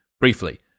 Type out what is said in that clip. briefly